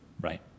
Right